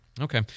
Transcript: Okay